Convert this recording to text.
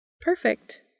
Perfect